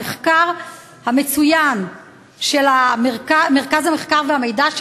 המחקר המצוין של מרכז המחקר והמידע של